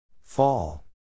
Fall